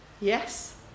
yes